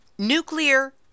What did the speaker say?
NUCLEAR